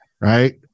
right